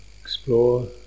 explore